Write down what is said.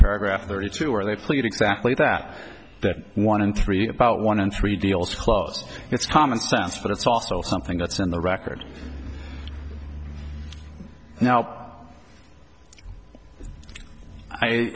paragraph thirty two where they plead exactly that that one in three about one in three deals closed it's common sense but it's also something that's in the record now i